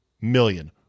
million